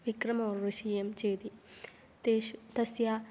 विक्रमोर्वशीयं चेति तेषु तस्य